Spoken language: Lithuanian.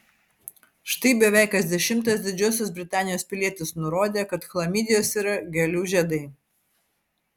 štai beveik kas dešimtas didžiosios britanijos pilietis nurodė kad chlamidijos yra gėlių žiedai